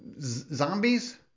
zombies